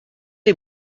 les